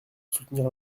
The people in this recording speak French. soutenir